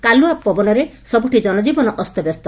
କାଲୁଆ ପନବରେ ସବୁଠି ଜନଜୀବନ ଅସ୍ତବ୍ୟସ୍ତ